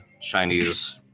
Chinese